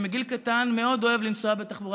שמגיל קטן מאוד אוהב לנסוע בתחבורה